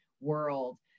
world